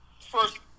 First